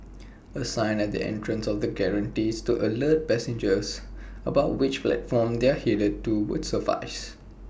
A sign at the entrance of the gantries to alert passengers about which platform they are headed to would suffice